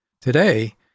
Today